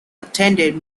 attended